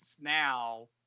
now